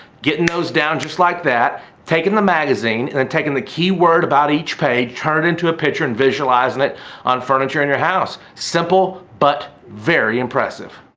getting those down just like that taking the magazine and and taking the keyword about each page, turn into a picture and visualize and like on furniture in your house simple, but very impressive.